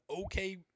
okay